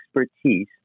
expertise